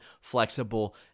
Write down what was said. flexible